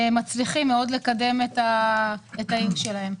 ומצליחים מאוד לקדם את העיר שלהם.